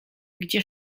gdzie